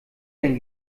denn